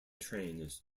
trains